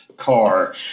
car